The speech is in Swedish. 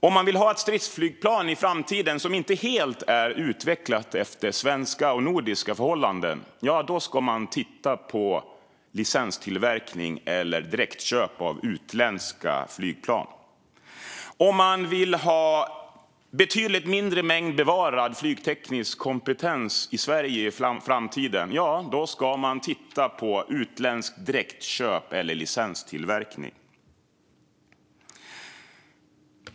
Om man vill ha ett stridsflygplan i framtiden som inte är helt utvecklat efter svenska och nordiska förhållanden ska man titta på licenstillverkning eller direktköp av utländska flygplan. Om man vill ha betydligt mindre mängd bevarad flygteknisk kompetens i Sverige i framtiden ska man titta på utländskt direktköp eller licenstillverkning.